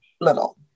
little